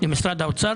למשרד האוצר,